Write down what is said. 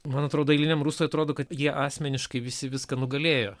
man atrodo eiliniam rusui atrodo kad jie asmeniškai visi viską nugalėjo